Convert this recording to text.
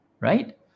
right